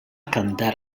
cantar